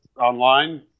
online